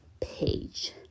page